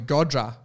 Godra